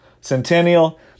Centennial